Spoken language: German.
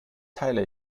teile